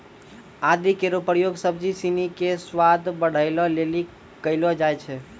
आदि केरो प्रयोग सब्जी सिनी क स्वाद बढ़ावै लेलि कयलो जाय छै